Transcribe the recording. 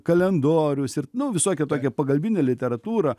kalendorius ir nu visokią tokią pagalbinę literatūrą